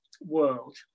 World